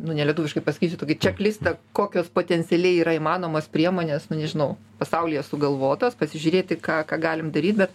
nu nelietuviškai pasakysiu tokį čeklistą kokios potencialiai yra įmanomos priemonės nu nežinau pasaulyje sugalvotos pasižiūrėti ką ką galim daryt bet